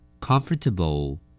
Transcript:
Comfortable